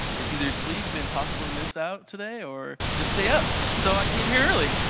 it's either sleep and possibly miss out today, or just stay up, so i came here early!